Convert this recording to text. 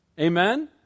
Amen